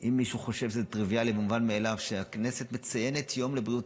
אם מישהו חושב שזה טריוויאלי ומובן מאליו שהכנסת מציינת יום לבריאות